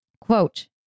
Quote